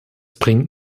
bringt